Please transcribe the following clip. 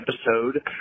episode